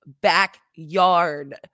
backyard